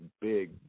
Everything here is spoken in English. big